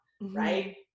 right